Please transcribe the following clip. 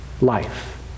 life